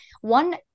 One